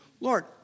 Lord